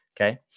Okay